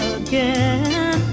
again